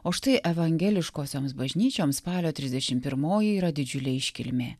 o štai evangeliškosioms bažnyčioms spalio trisdešim pirmoji yra didžiulė iškilmė